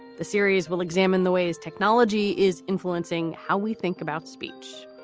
the series will examine the ways technology is influencing how we think about speech